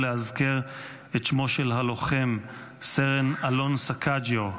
לאזכר את שמו של הלוחם סרן אלון סקאג'יו,